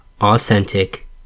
authentic